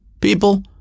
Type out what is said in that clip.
people